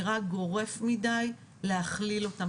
זאת אומרת זה מין שלב בירור ולנו זה נראה גורף מדי להכליל אותם,